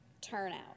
turnout